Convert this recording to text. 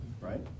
right